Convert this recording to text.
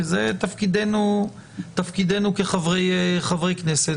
כי זה תפקידנו כחברי כנסת,